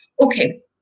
Okay